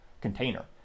container